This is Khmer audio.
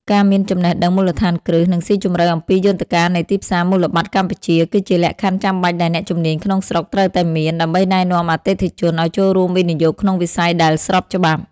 ការមានចំណេះដឹងមូលដ្ឋានគ្រឹះ និងស៊ីជម្រៅអំពីយន្តការនៃទីផ្សារមូលបត្រកម្ពុជា គឺជាលក្ខខណ្ឌចាំបាច់ដែលអ្នកជំនាញក្នុងស្រុកត្រូវតែមាន ដើម្បីណែនាំអតិថិជនឱ្យចូលរួមវិនិយោគក្នុងវិស័យដែលស្របច្បាប់។